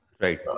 Right